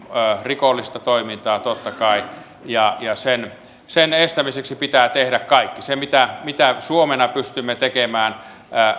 rikollista toimintaa totta kai ja sen sen estämiseksi pitää tehdä kaikki se mitä mitä suomena pystymme tekemään